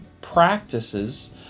practices